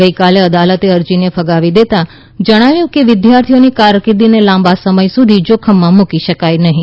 ગઈકાલે અદાલતે અરજીને ફગાવી દેતાં જણાવ્યું કે વિદ્યાર્થીઓની કારકિર્દીને લાંબા સમય સુધી જોખમમાં મુકી શકાય નહીં